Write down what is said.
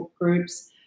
groups